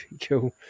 Cool